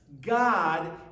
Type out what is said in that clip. God